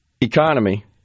economy